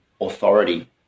authority